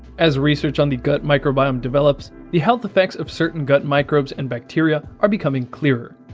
as research on the gut microbiome develops, the health effects of certain gut microbes and bacteria are becoming clearer.